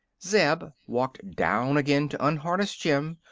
zeb walked down again to unharness jim,